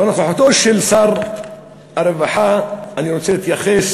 בנוכחותו של שר הרווחה אני רוצה להתייחס